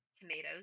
Tomatoes